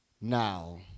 now